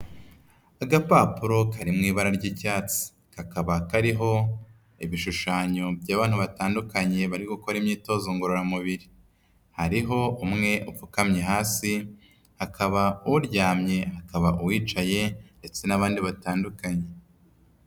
Agapapuro kari mu ibara ry'icyatsi, kakaba kariho ibishushanyo by'abantu batandukanye bari gukora imyitozo ngororamubiri, hariho umwe upfukamye hasi, hakaba uryamye, hakaba uwicaye ndetse n'abandi batandukanye.